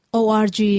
org